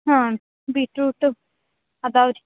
ಹಾಂ ಬೀಟ್ರೂಟ್ ಅದಾವೆ ರೀ